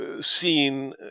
seen